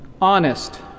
Honest